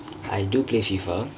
I do play FIFA